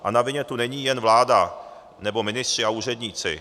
A na vině tu není jen vláda nebo ministři a úředníci.